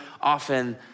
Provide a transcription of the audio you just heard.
often